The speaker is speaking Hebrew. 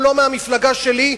הוא לא מהמפלגה שלי,